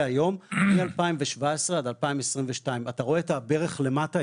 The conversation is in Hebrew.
היום מ- 2017 עד 2022. אתה רואה את הברך למטה?